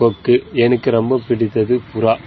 கொக்கு எனக்கு ரொம்ப பிடித்தது புறா